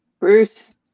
Bruce